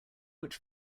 which